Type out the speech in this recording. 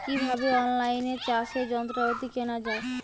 কিভাবে অন লাইনে চাষের যন্ত্রপাতি কেনা য়ায়?